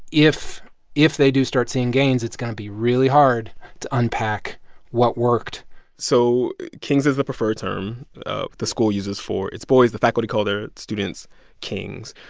if if they do start seeing gains, it's going to be really hard to unpack what worked so kings is the preferred term ah the school uses for its boys. the faculty call their students kings.